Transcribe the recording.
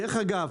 דרך אגב,